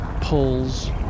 pulls